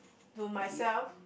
to myself